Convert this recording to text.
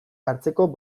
hartzeko